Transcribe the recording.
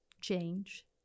change